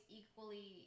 equally